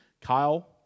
kyle